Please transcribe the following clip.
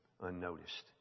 unnoticed